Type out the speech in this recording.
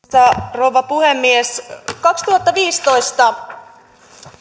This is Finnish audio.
rouva puhemies vuonna kaksituhattaviisitoista